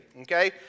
Okay